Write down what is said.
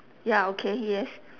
ya okay yes